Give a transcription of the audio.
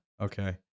okay